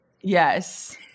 Yes